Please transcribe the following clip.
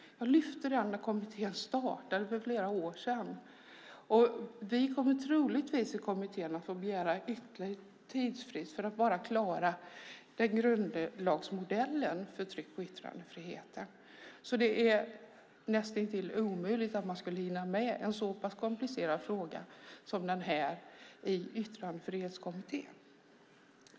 Jag lyfte upp den när kommittén startade för flera år sedan, och vi kommer troligtvis i kommittén att få begära ytterligare tidsfrist för att bara klara grundlagsmodellen för tryck och yttrandefriheten. Det är alltså näst intill omöjligt att vi skulle hinna med en så komplicerad fråga som denna i Yttrandefrihetskommittén.